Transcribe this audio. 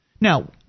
Now